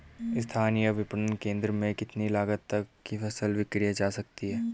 स्थानीय विपणन केंद्र में कितनी लागत तक कि फसल विक्रय जा सकती है?